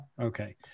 Okay